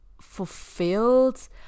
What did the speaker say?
fulfilled